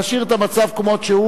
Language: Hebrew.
להשאיר את המצב כמות שהוא,